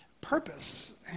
purpose